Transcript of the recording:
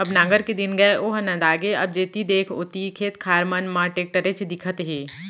अब नांगर के दिन गय ओहर नंदा गे अब जेती देख ओती खेत खार मन म टेक्टरेच दिखत हे